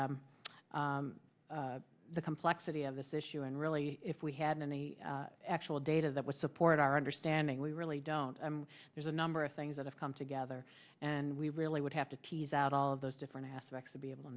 about the complexity of this issue and really if we had in the actual data that would support our understanding we really don't i mean there's a number of things that have come together and we really would have to tease out all of those different aspects to be able to